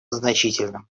значительным